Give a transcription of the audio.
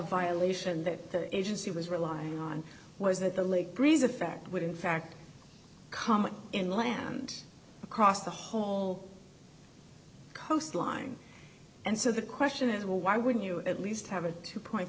violation that the agency was relying on was that the lake breeze effect would in fact come inland across the whole coastline and so the question is well why wouldn't you at least have a two point